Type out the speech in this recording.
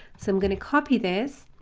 so i'm going to copy this,